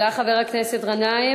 תודה, חבר הכנסת גנאים.